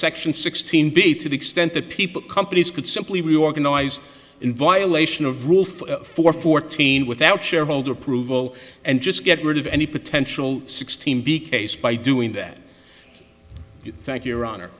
section sixteen b to the extent that people companies could simply reorganize in violation of rule for four fourteen without shareholder approval and just get rid of any potential sixteen b case by doing that thank you ron or